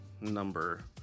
number